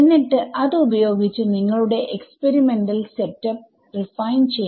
എന്നിട്ട് അത് ഉപയോഗിച്ചു നിങ്ങളുടെ എക്സ്പെരിമെന്റൽ സെറ്റപ്പ് റിഫൈൻ ചെയ്യണം